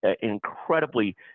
Incredibly